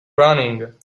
running